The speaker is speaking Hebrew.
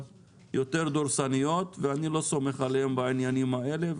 יותר דורסניות ואני לא סומך עליהם בעניינים האלה,